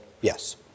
yes